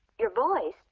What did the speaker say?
your voice?